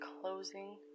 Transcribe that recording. closing